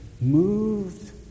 moved